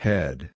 Head